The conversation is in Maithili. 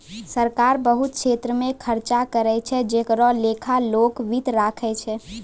सरकार बहुत छेत्र मे खर्चा करै छै जेकरो लेखा लोक वित्त राखै छै